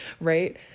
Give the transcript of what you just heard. right